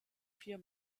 vier